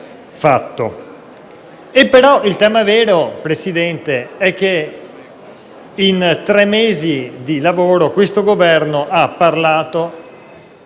Presidente, è che in tre mesi di lavoro questo Governo ha parlato